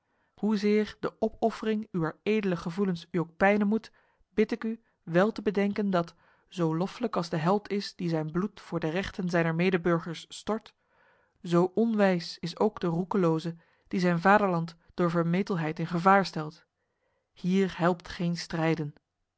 hoezeer de opoffering uwer edele gevoelens u ook pijnen moet bid ik u wel te bedenken dat zo loffelijk als de held is die zijn bloed voor de rechten zijner medeburgers stort zo onwijs is ook de roekeloze die zijn vaderland door vermetelheid in gevaar stelt hier helpt geen strijden